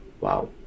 Wow